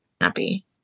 happy